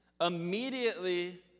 Immediately